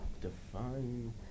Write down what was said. Define